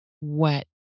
wet